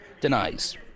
denies